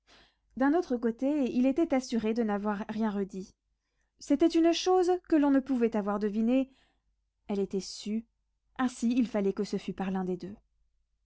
d'un autre côté il était assuré de n'avoir rien redit c'était une chose que l'on ne pouvait avoir devinée elle était sue ainsi il fallait que ce fût par l'un des deux